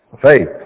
Faith